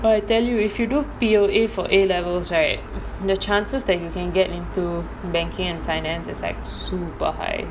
but I tell you if you do P_O_A for A levels right the chances that you can get into banking and finance is like super high